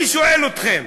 אני שואל אתכם: